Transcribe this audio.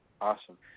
Awesome